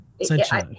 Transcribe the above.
Essentially